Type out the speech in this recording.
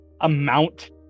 amount